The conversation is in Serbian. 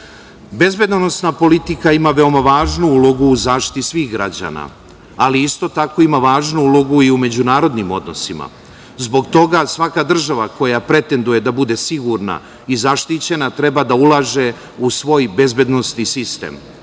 napad. Bezbedonosna politika ima veoma važnu ulogu u zaštiti svih građana, ali isto tako ima važnu ulogu i u međunarodnim odnosima. Zbog toga svaka država koja pretenduje da bude sigurna i zaštićena treba da ulaže u svoj bezbedonosni sistem,